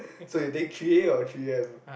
so you take three A or three M